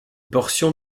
portion